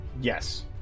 yes